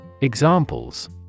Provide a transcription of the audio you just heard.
Examples